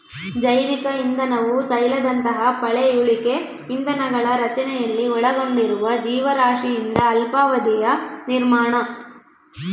ಜೈವಿಕ ಇಂಧನವು ತೈಲದಂತಹ ಪಳೆಯುಳಿಕೆ ಇಂಧನಗಳ ರಚನೆಯಲ್ಲಿ ಒಳಗೊಂಡಿರುವ ಜೀವರಾಶಿಯಿಂದ ಅಲ್ಪಾವಧಿಯ ನಿರ್ಮಾಣ